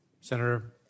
Senator